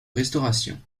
restauration